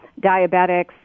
diabetics